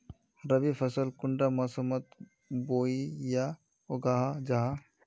रवि फसल कुंडा मोसमोत बोई या उगाहा जाहा?